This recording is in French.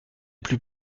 plus